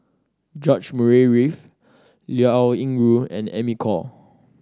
George Murray Reith Liao Yingru and Amy Khor